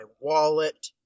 wallet